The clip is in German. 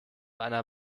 einer